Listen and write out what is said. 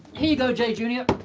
here you go, jay junior.